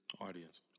audience